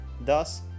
thus